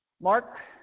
mark